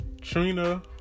Trina